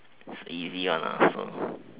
it's a easy one so